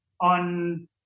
on